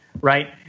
Right